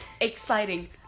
exciting